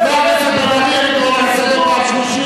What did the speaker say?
חבר הכנסת בן-ארי, אני קורא אותך לסדר פעם שלישית.